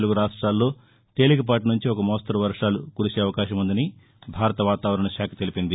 తెలుగు రాష్టాల్లో తేలికపాటి నుంచి ఒక మోస్తరు వర్షాలు కురిసే అవకాశం ఉందని భారత వాతావరణ శాఖ తెలిపింది